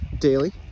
daily